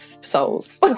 souls